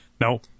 no